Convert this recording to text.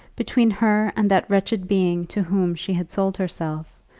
between her and that wretched being to whom she had sold herself,